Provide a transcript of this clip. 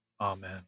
Amen